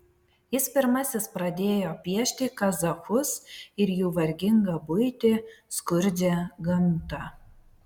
jis pirmasis pradėjo piešti kazachus ir jų vargingą buitį skurdžią gamtą